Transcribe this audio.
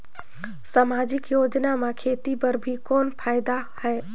समाजिक योजना म खेती बर भी कोई फायदा है?